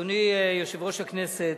אדוני יושב-ראש הכנסת,